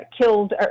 killed